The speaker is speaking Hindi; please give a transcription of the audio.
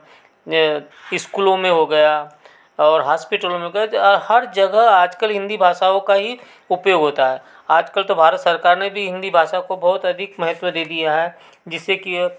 स्कूलों में हो गया और हास्पिटल में हर जगह आज कल हिंदी भाषाओं का ही उपयोग होता है आज कल तो भारत सरकार ने भी हिंदी भाषा को बहुत अधिक महत्व दे दिया है जिससे कि